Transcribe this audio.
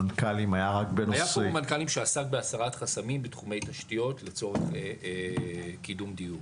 היה פורום מנכ"לים שעסק בהסרת חסמים בתחומי תשתיות לצורך קידום דיור.